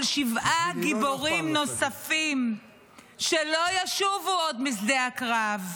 שבעה גיבורים נוספים שלא ישובו עוד משדה הקרב,